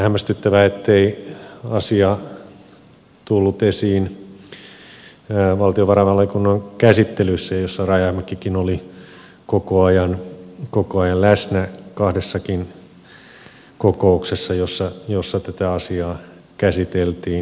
hämmästyttävää ettei asia tullut esiin valtiovarainvaliokunnan käsittelyssä jossa rajamäkikin oli koko ajan läsnä kahdessakin kokouksessa joissa tätä asiaa käsiteltiin